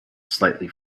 slightly